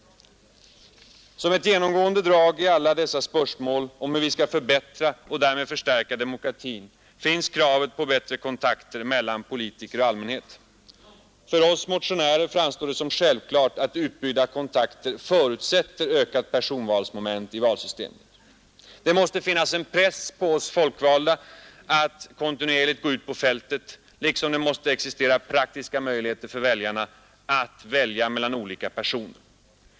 Som ett genomgående drag i alla dessa spörsmål om hur vi skall förbättra och därmed förstärka demokratin finns kravet på bättre kontakter mellan politiker och allmänhet. För oss motionärer framstår det som självklart att utbyggda kontakter förutsätter ökat personvalsmoment i valsystemet. Det måste finnas en press på oss folkvalda att kontinuerligt gå ut på fältet, liksom det måste existera praktiska möjligheter för väljarna att välja mellan olika personer.